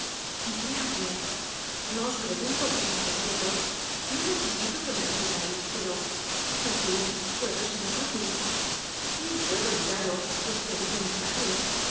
no os pregunto vuestros secretos no necesito que me los digais pero en fin puedo seros útil bien puedo ayudaros pues que ayudo á mi padre